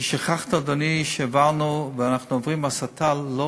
לשרוף בית-כנסת?